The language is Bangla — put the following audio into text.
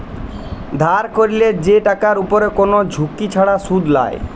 ধার ক্যরলে যে টাকার উপরে কোন ঝুঁকি ছাড়া শুধ লায়